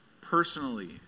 personally